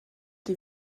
die